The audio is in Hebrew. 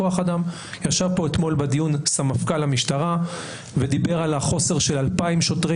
ישב פה אתמול בדיון סמפכ"ל המשטרה ודיבר על החוסר של 2,000 שוטרי